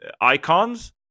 icons